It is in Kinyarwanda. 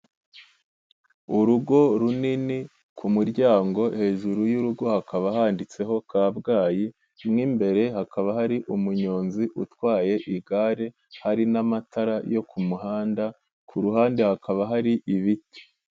Urugo runini, ku muryango hejuru y'urugo hakaba handitseho Kabgayi, mo imbere hakaba hari umunyonzi utwaye igare, hari n'amatara yo ku muhanda, ku ruhande hakaba hari ibiti.